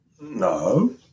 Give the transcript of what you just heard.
No